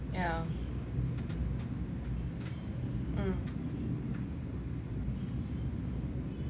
yeah mm